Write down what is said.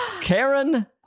Karen